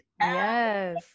yes